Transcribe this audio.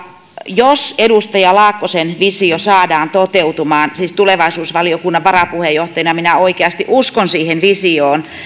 jos edustaja laukkasen visio saadaan toteutumaan siis tulevaisuusvaliokunnan varapuheenjohtajana minä oikeasti uskon siihen visioon